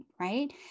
right